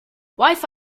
wifi